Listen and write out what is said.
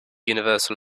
universal